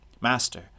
Master